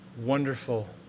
wonderful